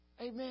Amen